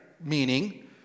meaning